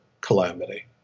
calamity